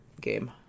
game